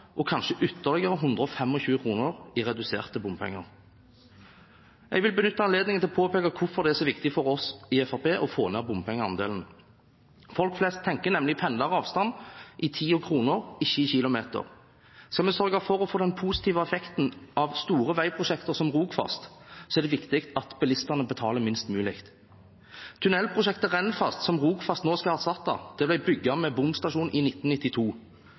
og kanskje ytterligere 125 kr i reduserte bompenger. Jeg vil benytte anledningen til å påpeke hvorfor det er så viktig for oss i Fremskrittspartiet å få ned bompengeandelen. Folk flest tenker nemlig pendleravstand i tid og kroner, ikke i kilometer. Skal vi sørge for å få den positive effekten av store veiprosjekter som Rogfast, er det viktig at bilistene betaler minst mulig. Tunnelprosjektet Rennfast, som Rogfast nå skal erstatte, ble bygd med bomstasjon i 1992.